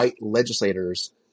legislators